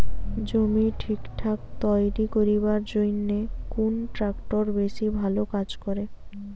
জমি ঠিকঠাক তৈরি করিবার জইন্যে কুন ট্রাক্টর বেশি ভালো কাজ করে?